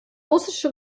russische